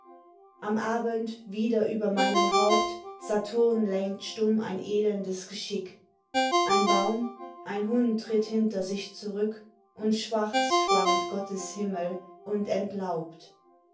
am abend wieder über meinem haupt saturn lenkt stumm ein elendes geschick ein baum ein hund tritt hinter sich zurück und schwarz schwankt gottes himmel und entlaubt